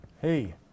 Hey